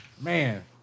Man